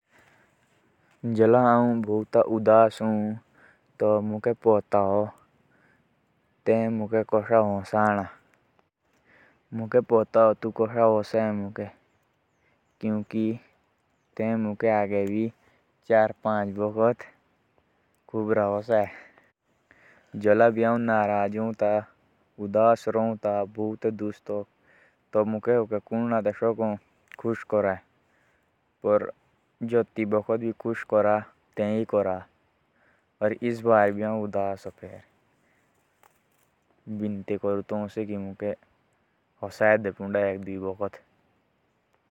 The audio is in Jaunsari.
जब में उदास होता हूँ ना तो मुझे पता है। कि तेने मुझे कैसे हँसाना है क्योंकि पहले भी तूने ही हँसाया है मुझे।